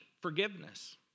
forgiveness